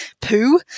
poo